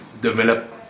develop